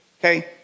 okay